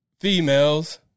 Females